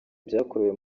ibyakorewe